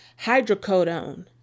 hydrocodone